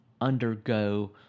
undergo